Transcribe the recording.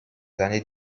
années